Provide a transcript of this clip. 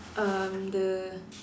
um the